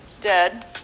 dead